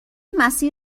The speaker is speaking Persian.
مسیر